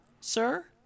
sir